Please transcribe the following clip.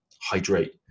hydrate